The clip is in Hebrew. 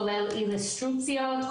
כולל אילוסטרציות,